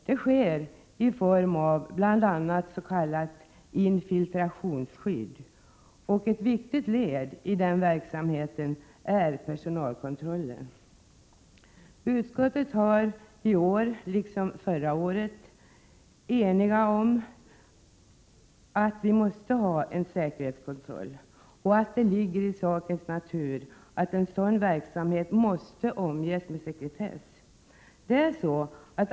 Den sker bl.a. i form av s.k. infiltrationsskydd, och ett viktigt led i den verksamheten är personalkontrollen. Utskottet är i år, i likhet med förra året, enigt om att vi måste ha en säkerhetskontroll och att det ligger i sakens natur att en sådan verksamhet måste omges med sekretess.